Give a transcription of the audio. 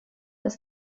ist